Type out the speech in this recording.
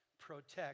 protect